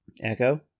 echo